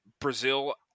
Brazil